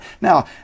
now